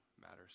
matters